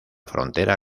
frontera